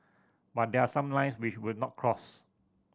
but there are some lines we should not cross